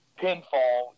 pinfall